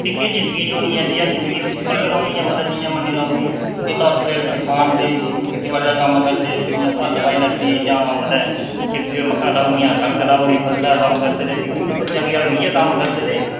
भी केह् जिंदगी होनी ऐ जि'यां जिंदगी सिंपल गै रौह्नी ऐ इ'यां मतलब जि'यां मन्नी लैऔ कि किसान ते खेती बाड़ी दा कम्म करदे जि'यां हल्ल बाही लैती जां मतलब कीती च मक्का राही ओड़ियां कनक राही ओड़ी फसलां दा कम्म जेकर अस इ'यै कम्म करदे रेह्